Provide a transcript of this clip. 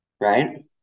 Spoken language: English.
right